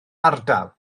ardal